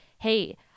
hey